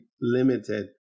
limited